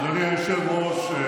אדוני היושב-ראש,